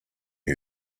who